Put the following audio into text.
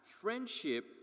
friendship